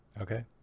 Okay